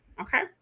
Okay